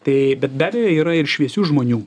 tai bet be abejo yra ir šviesių žmonių